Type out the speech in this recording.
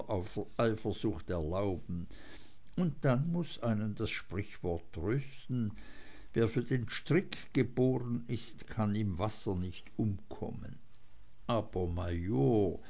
eifersucht erlauben und dann muß einen das sprichwort trösten wer für den strick geboren ist kann im wasser nicht umkommen aber